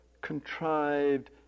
contrived